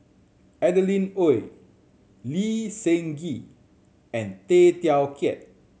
Adeline Ooi Lee Seng Gee and Tay Teow Kiat